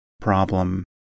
problem